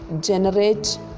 generate